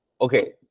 okay